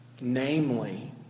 Namely